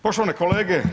Poštovane kolege.